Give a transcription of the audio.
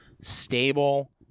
stable